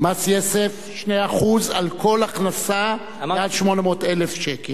מס יסף, 2% על כל הכנסה מעל 800,000 שקל בשנה.